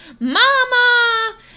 mama